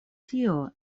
tio